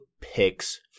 picks